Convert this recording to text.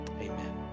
Amen